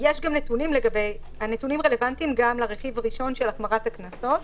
הנתונים רלוונטיים גם לגבי הרכיב הראשון של החמרת הקנסות,